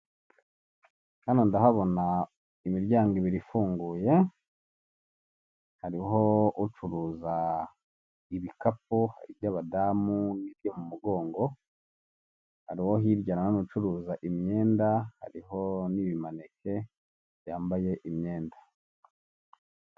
Hano ndahabona imiryango ibiri ifunguye hariho ucuruza ibikapu by'abadamu n'ibyomu mugongo, hari uwo hirya nanone ucuruza imyenda hariho n'ibimaneke byambaye imyenda.